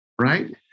right